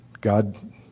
God